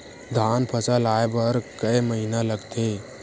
धान फसल आय बर कय महिना लगथे?